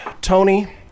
Tony